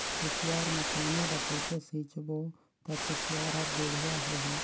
कुसियार मा पानी ला कइसे सिंचबो ता कुसियार हर बेडिया होही?